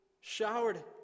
showered